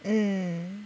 um